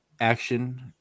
action